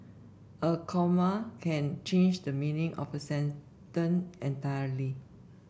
a comma can change the meaning of a sentence entirely